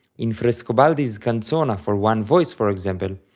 in frescobaldi's canzona for one voice for example,